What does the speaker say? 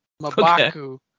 Mabaku